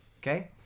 Okay